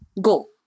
Go